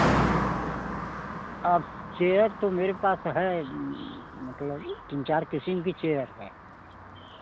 हाँ चेयर तो मेरे पास है मतलब तीन चार किस्म की चेयर है